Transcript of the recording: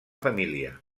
família